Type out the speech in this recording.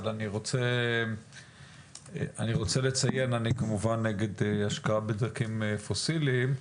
אבל אני רוצה לציין שאני כמובן נגד השקעה בדלקים פוסיליים.